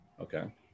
okay